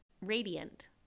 radiant